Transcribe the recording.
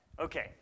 Okay